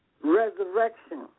resurrection